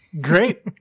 Great